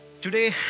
Today